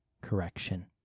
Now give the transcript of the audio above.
correction